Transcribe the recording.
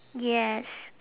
yes